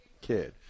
kid